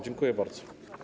Dziękuję bardzo.